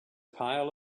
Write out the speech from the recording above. pile